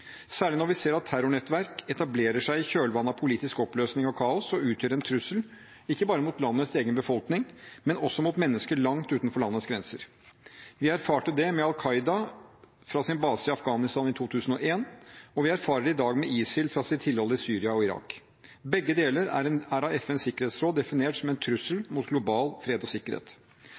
særlig når vi ser at terrornettverk etablerer seg i kjølvannet av politisk oppløsning og kaos og utgjør en trussel ikke bare mot landets egen befolkning, men også mot mennesker langt utenfor landets grenser. Vi erfarte det med al-Qaida fra deres base i Afghanistan i 2001, og vi erfarer det i dag med ISIL fra deres tilhold i Syria og Irak. Begge deler er av FNs sikkerhetsråd definert som en trussel mot global fred og sikkerhet.